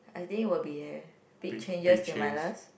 I think will be big changes in my last